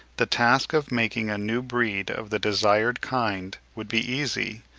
the task of making a new breed of the desired kind would be easy,